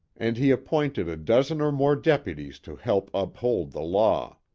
and he appointed a dozen or more deputies to help uphold the law.